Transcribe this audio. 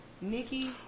Nikki